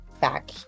back